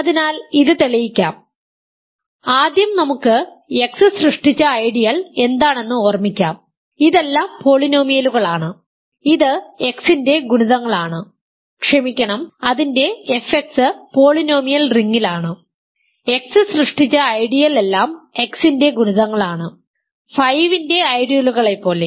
അതിനാൽ ഇത് തെളിയിക്കാം ആദ്യം നമുക്ക് സൃഷ്ടിച്ച ഐഡിയൽ എന്താണെന്ന് ഓർമ്മിക്കാം ഇതെല്ലാം പോളിനോമിയലുകളാണ് ഇത് X ന്റെ ഗുണിതങ്ങളാണ് ക്ഷമിക്കണം അതിന്റെ fX പോളിനോമിയൽ റിംഗിലാണ് X സൃഷ്ടിച്ച ഐഡിയൽ എല്ലാം X ന്റെ ഗുണിതങ്ങളാണ് 5 ന്റെ ഐഡിയലുകളെപ്പോലെ